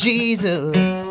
Jesus